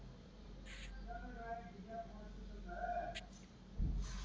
ಇಳುವರಿಯೊಳಗ ಎಷ್ಟ ಟೈಪ್ಸ್ ಇಳುವರಿಗಳಾದವ